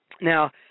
Now